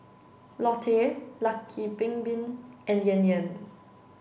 Lotte Lucky Bin Bin and Yan Yan